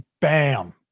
Bam